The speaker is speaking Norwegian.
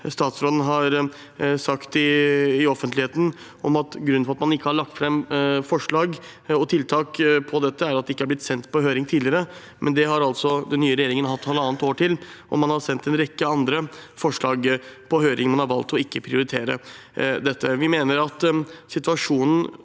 statsråden har sagt i offentligheten om at grunnen til at man ikke har lagt fram forslag og tiltak om dette, er at det ikke er blitt sendt på høring tidligere. Det har den nye regjeringen hatt halvannet år til, og man har sendt en rekke andre forslag på høring, men man har valgt å ikke prioritere dette. Vi mener at situasjonen